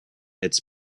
its